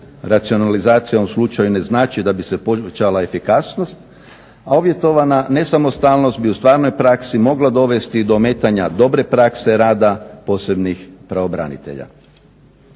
Racionalizacija u slučaju ne znači da bi se povećala efikasnost, a uvjetovana nesamostalnost bi u stvarnoj praksi mogla dovesti do ometanja dobre prakse rada posebnih pravobranitelja.